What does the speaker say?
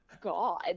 God